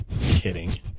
Kidding